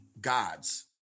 gods